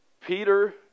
Peter